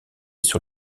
sur